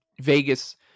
Vegas